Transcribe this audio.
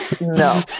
No